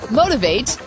motivate